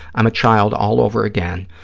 i'm a child all over again.